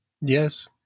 Yes